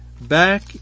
back